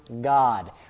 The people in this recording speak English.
God